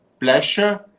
pleasure